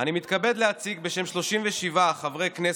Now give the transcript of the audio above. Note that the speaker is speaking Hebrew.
אופיר כץ